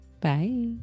bye